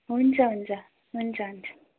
हुन्छ हुन्छ हुन्छ हुन्छ